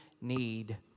need